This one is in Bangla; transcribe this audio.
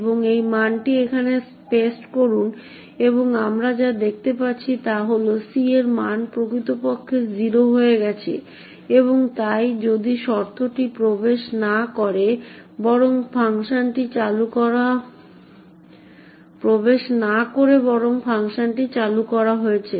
এবং এই মানটি এখানে পেস্ট করুন এবং আমরা যা দেখতে পাচ্ছি তা হল c এর মান প্রকৃতপক্ষে 0 হয়ে গেছে এবং তাই যদি শর্তটিতে প্রবেশ না করে বরং ফাংশনটি চালু করা হয়েছে